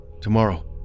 tomorrow